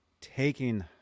taking